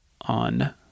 on